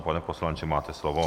Pane poslanče, máte slovo.